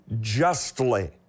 justly